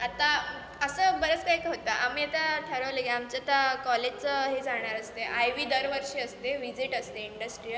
आत्ता असं बऱ्याचदा एक होतं आम्ही आता ठरवलं की आमची आता कॉलेजचं हे जाणार असते आय व्ही दरवर्षी असते व्हिजिट असते इंडस्ट्रियल